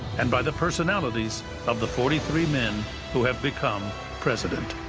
and by the personalities of the forty three men who have become president.